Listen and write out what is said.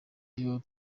iyo